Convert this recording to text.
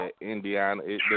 Indiana